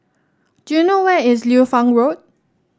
do you know where is Liu Fang Road